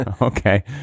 Okay